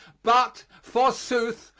but, forsooth,